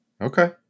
Okay